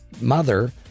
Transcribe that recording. mother